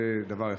זה דבר אחד.